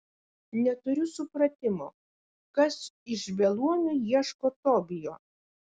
neturiu supratimo kas iš beluomių ieško tobijo